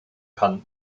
kann